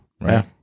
Right